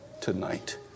tonight